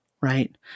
Right